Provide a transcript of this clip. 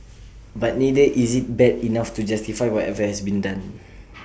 but neither is IT bad enough to justify whatever has been done